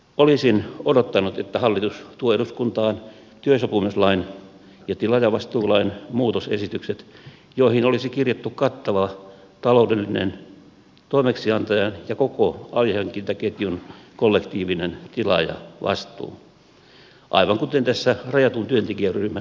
olisin odottanut että hallitus tuo eduskuntaan työsopimuslain ja tilaajavastuulain muutosesitykset joihin olisi kirjattu kattava taloudellinen toimeksiantajan ja koko alihankintaketjun kollektiivinen tilaajavastuu aivan kuten tässä rajatun työntekijäryhmän osalta nyt säädetään